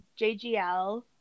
JGL